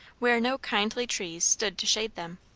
where no kindly trees stood to shade them,